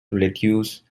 lettuce